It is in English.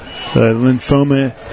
lymphoma